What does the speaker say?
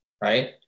Right